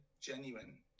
genuine